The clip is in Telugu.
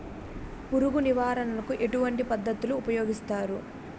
పురుగు నివారణ కు ఎటువంటి పద్ధతులు ఊపయోగిస్తారు?